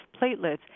platelets